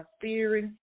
spirit